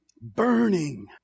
Burning